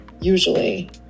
usually